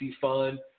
fund